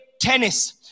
tennis